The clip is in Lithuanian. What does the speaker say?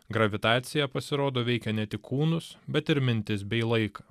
gravitacija pasirodo veikia ne tik kūnus bet ir mintis bei laiką